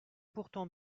pourtant